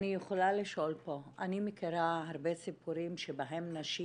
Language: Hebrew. אני יכולה לשאול פה אני מכירה הרבה סיפורים שבהם נשים